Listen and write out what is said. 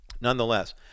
nonetheless